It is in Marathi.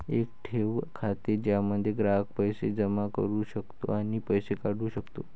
एक ठेव खाते ज्यामध्ये ग्राहक पैसे जमा करू शकतो आणि पैसे काढू शकतो